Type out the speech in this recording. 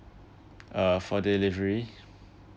uh for delivery